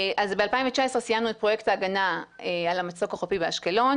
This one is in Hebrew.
ב-2019 סיימנו את פרויקט ההגנה על המצוק החופי באשקלון